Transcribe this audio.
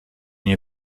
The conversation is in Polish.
nie